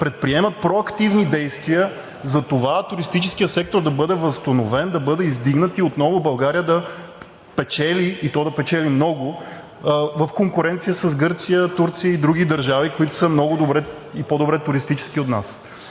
предприемат проактивни действия за това туристическият сектор да бъде възстановен, да бъде издигнат и отново България да печели – и то да печели много, в конкуренция с Гърция, Турция и други държави, които са много по-добре туристически от нас.